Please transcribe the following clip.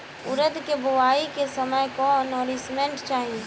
उरद के बुआई के समय कौन नौरिश्मेंट चाही?